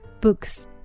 books